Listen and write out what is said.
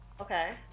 Okay